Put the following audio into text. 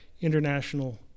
international